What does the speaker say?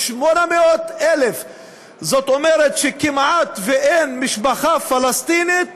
800,000. זאת אומרת שכמעט שאין משפחה פלסטינית